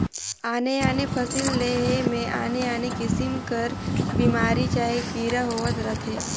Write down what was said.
आने आने फसिल लेहे में आने आने किसिम कर बेमारी चहे कीरा होवत रहथें